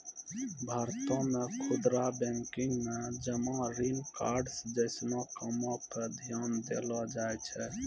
भारतो मे खुदरा बैंकिंग मे जमा ऋण कार्ड्स जैसनो कामो पे ध्यान देलो जाय छै